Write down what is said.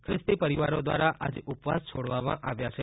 ખ્રિસ્તી પરિવારો દ્વારા આજે ઉપવાસ છોડવામાં આવ્યા છે